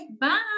Bye